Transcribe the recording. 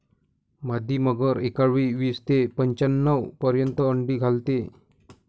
मादी मगर एकावेळी वीस ते पंच्याण्णव पर्यंत अंडी घालते